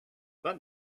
let